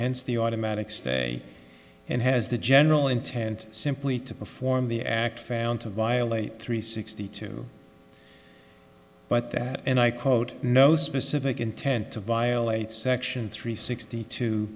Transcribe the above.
hence the automatic stay and has the general intent simply to perform the act found to violate three sixty two but that and i quote no specific intent to violate section three sixty two